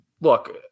look